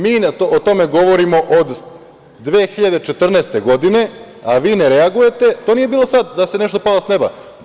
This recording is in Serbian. Mi o tome govorimo od 2014. godine, a vi ne reagujete, nije da je to sada palo sa neba.